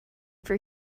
for